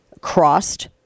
crossed